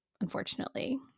unfortunately